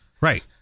Right